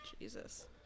Jesus